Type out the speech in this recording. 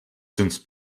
since